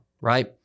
right